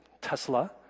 Tesla